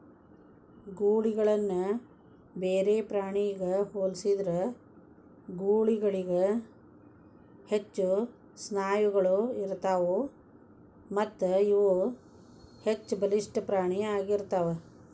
ಗೂಳಿಗಳನ್ನ ಬೇರೆ ಪ್ರಾಣಿಗ ಹೋಲಿಸಿದ್ರ ಗೂಳಿಗಳಿಗ ಹೆಚ್ಚು ಸ್ನಾಯುಗಳು ಇರತ್ತಾವು ಮತ್ತಇವು ಹೆಚ್ಚಬಲಿಷ್ಠ ಪ್ರಾಣಿ ಆಗಿರ್ತಾವ